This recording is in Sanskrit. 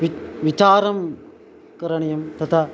विच् विचारं करणीयं तथा